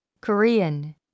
Korean